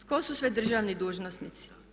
Tko su sve državni dužnosnici?